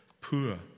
poor